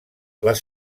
les